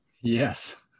Yes